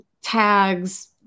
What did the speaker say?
tags